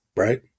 right